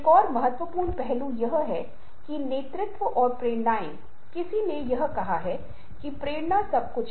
लेकिन जिस पल सांस्कृतिक आयाम सामने आता है जिस क्षण आप किसी के प्रति सचेत होते हैं वह आपको देख रहा होता है आप शायद बहुत अलग तरीके से मुस्कुराएंगे